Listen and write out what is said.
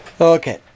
Okay